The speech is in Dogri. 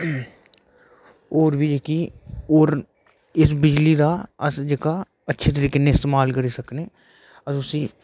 और बी जेहकी और इस बिजली दा अस जेहका अच्छे तरीके कन्नै इस्तेमाल करी सकने अस उसी